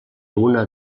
una